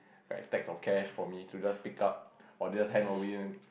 that's okay for me to just pick up or just hand over you